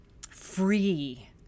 free